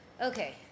Okay